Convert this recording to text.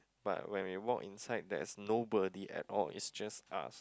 but when you walk inside there is nobody at all it's just us